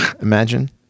Imagine